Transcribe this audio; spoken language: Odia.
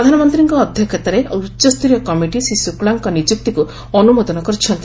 ପ୍ରଧାନମନ୍ତ୍ରୀଙ୍କ ଅଧ୍ୟକ୍ଷତାରେ ଉଚ୍ଚସ୍ତରୀୟ କମିଟି ଶ୍ରୀ ଶୁକ୍ଲାଙ୍କ ନିଯୁକ୍ତିକୁ ଅନୁମୋଦନ କରିଛନ୍ତି